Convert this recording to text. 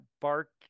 bark